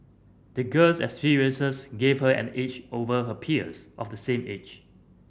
the girl's experiences gave her an edge over her peers of the same age